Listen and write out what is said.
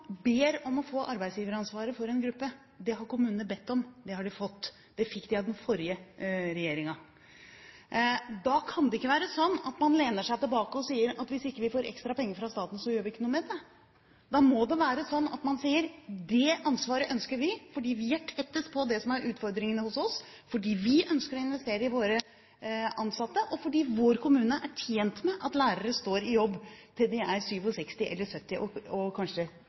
ber om å få arbeidsgiveransvaret for en gruppe – det har kommunene bedt om, og det har de fått, det fikk de av den forrige regjeringen – da kan det ikke være sånn at man lener seg tilbake og sier at hvis ikke vi får ekstra penger fra staten, så gjør vi ikke noe med det. Da må man si: Det ansvaret ønsker vi, fordi vi er tettest på det som er utfordringene hos oss, fordi vi ønsker å investere i våre ansatte og fordi vår kommune er tjent med at lærere står i jobb til de er 67 år, 70 år og kanskje